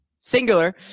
singular